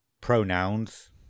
pronouns